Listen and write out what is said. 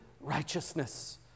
righteousness